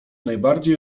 najbardziej